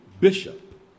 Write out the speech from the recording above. bishop